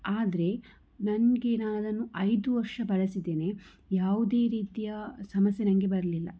ಆದರೆ ನನಗೆ ನಾನು ಐದು ವರ್ಷ ಬಳಸಿದ್ದೇನೆ ಯಾವುದೇ ರೀತಿಯ ಸಮಸ್ಯೆ ನನಗೆ ಬರಲಿಲ್ಲ